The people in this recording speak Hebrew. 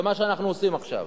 זה מה שאנחנו עושים עכשיו.